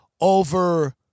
over